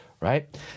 right